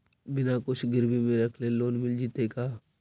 बिना कुछ गिरवी मे रखले लोन मिल जैतै का?